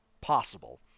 possible